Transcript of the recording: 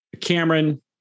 Cameron